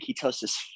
ketosis